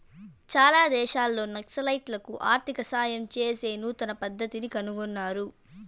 చాలా దేశాల్లో నక్సలైట్లకి ఆర్థిక సాయం చేసే నూతన పద్దతిని కనుగొన్నారు